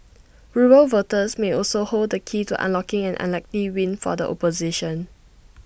rural voters may also hold the key to unlocking an unlikely win for the opposition